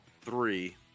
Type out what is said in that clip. three